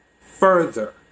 further